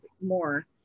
more